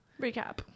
recap